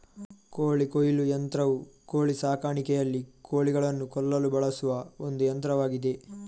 ಕೋಳಿ ಕೊಯ್ಲು ಯಂತ್ರವು ಕೋಳಿ ಸಾಕಾಣಿಕೆಯಲ್ಲಿ ಕೋಳಿಗಳನ್ನು ಕೊಲ್ಲಲು ಬಳಸುವ ಒಂದು ಯಂತ್ರವಾಗಿದೆ